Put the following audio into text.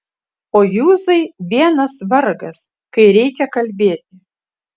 o juzai vienas vargas kai reikia kalbėti